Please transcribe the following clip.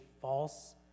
false